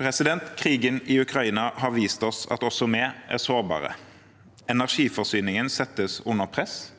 havvind. Krigen i Ukraina har vist oss at også vi er sårbare. Energiforsyningen settes under press,